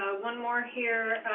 one more here